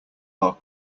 are